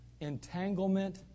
entanglement